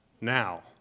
now